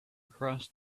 across